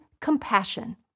compassion